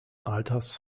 alters